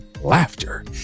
laughter